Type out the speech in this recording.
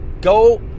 go